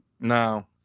no